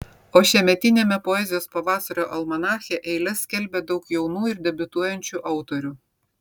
o šiemetiniame poezijos pavasario almanache eiles skelbia daug jaunų ir debiutuojančių autorių